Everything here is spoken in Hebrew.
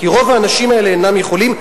כי רוב האנשים האלה אינם יכולים.